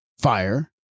fire